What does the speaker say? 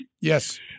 Yes